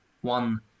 one